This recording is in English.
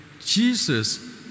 Jesus